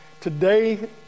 Today